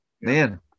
man